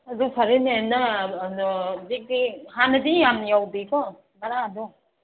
ꯑꯗꯨ ꯐꯔꯦꯅꯦ ꯅꯪ ꯑꯗꯣ ꯍꯧꯖꯤꯛꯇꯤ ꯍꯥꯟꯅꯗꯤ ꯌꯥꯝ ꯌꯧꯗꯦꯀꯣ ꯕꯥꯔꯥꯗꯣ